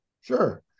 sure